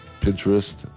Pinterest